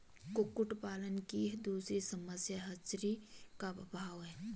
कुक्कुट पालन की दूसरी समस्या हैचरी का अभाव है